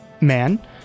man